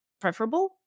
preferable